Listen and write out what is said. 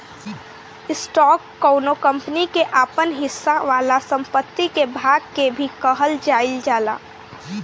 stock कौनो company के आपन हिस्सा वाला संपत्ति के भाग के भी कहल जाइल जाला